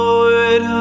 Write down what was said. Lord